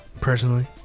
personally